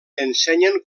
ensenyen